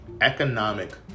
economic